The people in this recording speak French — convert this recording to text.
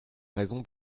raison